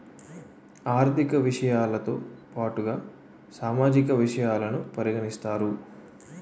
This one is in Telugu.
ఆర్థిక విషయాలతో పాటుగా సామాజిక విషయాలను పరిగణిస్తారు